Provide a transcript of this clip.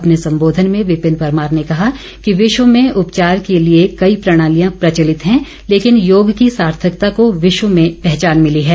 अपने संबोधन में विपिन परमार ने कहा कि विश्व में उपचार के लिए कई प्रणालियां प्रचलित हैं लेकिन योग की सार्थकता को विश्व में पहचान मिली है